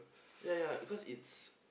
ya ya because it's